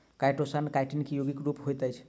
chitosan chitin के यौगिक रूप होइत अछि